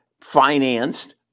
financed